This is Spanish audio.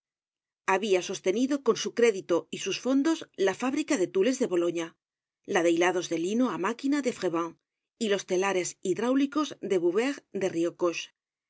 habia sostenido con su crédito y sus fondos la fábrica de tules de boloña la de hilados de lino á máquina de frevent y los telares hidráulicos de boubers de bio